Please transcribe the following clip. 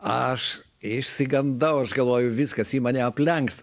aš išsigandau aš galvoju viskas ji mane aplenks